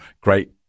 great